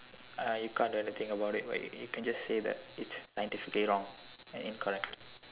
I can't really think about when you can just say that it's scientifically wrong and incorrect